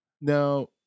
Now